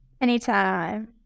Anytime